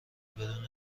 بدون